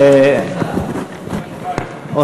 כן,